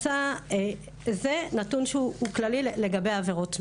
זה נתון שהוא כללי לגבי עבירות מין.